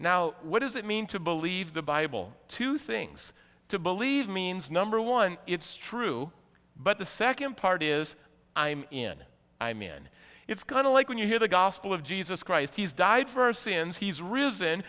now what does it mean to believe the bible two things to believe means number one it's true but the second part is i'm in i'm in it's kind of like when you hear the gospel of jesus christ he's diversity and he's risen